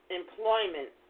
employment